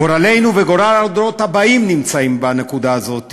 גורלנו וגורל הדורות הבאים נמצאים בנקודה הזאת